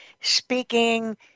speaking